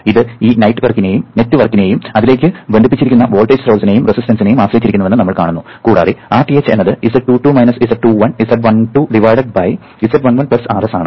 ഇത് ഈ നെറ്റ്വർക്കിനെയും അതിലേക്ക് ബന്ധിപ്പിച്ചിരിക്കുന്ന വോൾട്ടേജ് സ്രോതസിനെയും റെസിസ്റ്റൻസിനെയും ആശ്രയിച്ചിരിക്കുന്നുവെന്ന് നമ്മൾ കാണുന്നു കൂടാതെ Rth എന്നത് z22 z21 z12 z11 Rs ആണ്